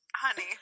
honey